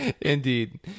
Indeed